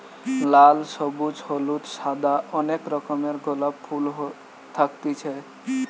লাল, সবুজ, হলুদ, সাদা অনেক রকমের গোলাপ ফুল থাকতিছে